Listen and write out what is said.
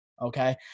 okay